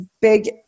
big